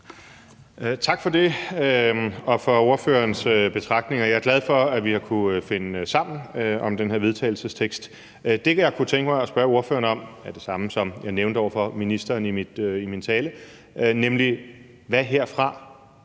Tak for det, og tak for ordførerens betragtninger. Jeg er glad for, at vi har kunnet finde sammen om den her vedtagelsestekst. Det, jeg kunne tænke mig at spørge ordføreren om, er det samme, som jeg nævnte over for ministeren i min tale, nemlig: Hvad gør